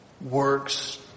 works